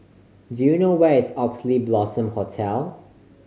do you know where is Oxley Blossom Hotel